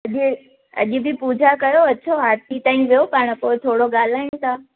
अॼु बि पूॼा कयो अचो आरती ताईं वियो पाणि पोइ थोरो ॻाल्हायूं था